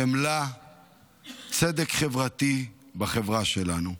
חמלה וצדק חברתי בחברה שלנו.